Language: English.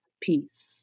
Peace